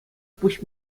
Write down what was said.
пуҫ